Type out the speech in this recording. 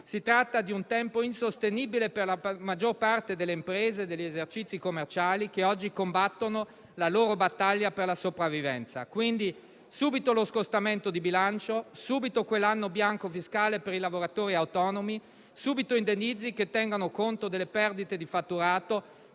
si tratta di un tempo insostenibile per la maggior parte delle imprese e degli esercizi commerciali che oggi combattono la loro battaglia per la sopravvivenza. Quindi, subito lo scostamento di bilancio, subito quell'anno bianco fiscale per i lavoratori autonomi, subito indennizzi che tengano conto delle perdite di fatturato,